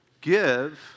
give